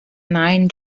nine